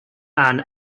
ann